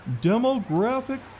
demographic